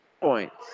points